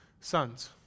sons